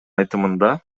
айтымында